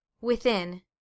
Within